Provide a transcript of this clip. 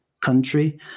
country